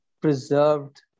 preserved